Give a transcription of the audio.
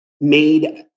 made